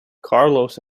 carlos